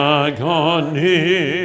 agony